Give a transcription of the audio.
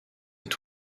est